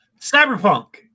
cyberpunk